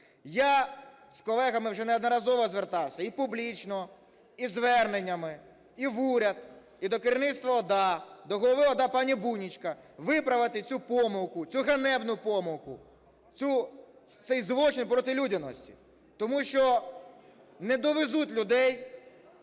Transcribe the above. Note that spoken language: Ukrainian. Я з колегами вже неодноразово звертався і публічно, і зверненнями, і в уряд, і до керівництва ОДА, до голови ОДА пана Бунечка виправити цю помилку, цю ганебну помилку, цей злочин проти людяності, тому що не довезуть людей